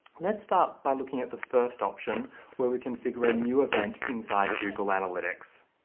let's start by looking at the first option where we configure a new event inside google analytics.